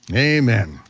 amen.